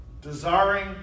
Desiring